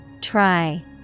try